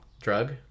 Drug